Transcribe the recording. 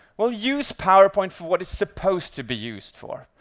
well, use powerpoint for what it's supposed to be used for.